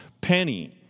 penny